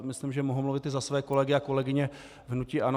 Myslím, že mohu mluvit i za své kolegy a kolegyně v hnutí ANO.